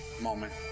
moment